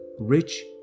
rich